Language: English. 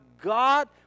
God